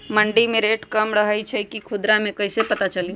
मंडी मे रेट कम रही छई कि खुदरा मे कैसे पता चली?